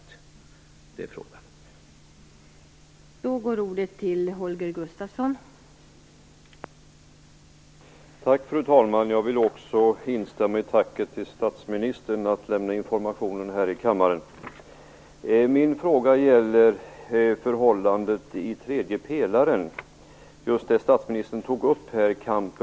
Det är frågan.